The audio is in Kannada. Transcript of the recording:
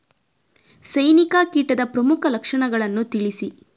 ಸೈನಿಕ ಕೀಟದ ಪ್ರಮುಖ ಲಕ್ಷಣಗಳನ್ನು ತಿಳಿಸಿ?